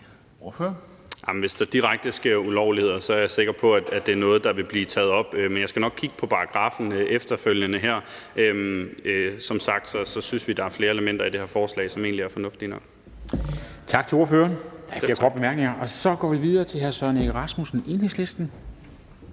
Hvis der direkte sker ulovligheder, er jeg sikker på, at det er noget, der vil blive taget op. Men jeg skal nok kigge på paragraffen efterfølgende her. Som sagt synes vi, at der er flere elementer i det her forslag, som egentlig er fornuftige nok. Kl. 10:36 Formanden (Henrik Dam Kristensen): Tak til ordføreren. Der er ikke flere korte bemærkninger, og så går vi videre til hr. Søren Egge Rasmussen, Enhedslisten.